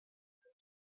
gibt